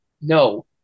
No